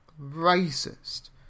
racist